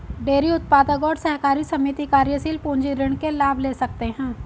dairy उत्पादक और सहकारी समिति कार्यशील पूंजी ऋण के लाभ ले सकते है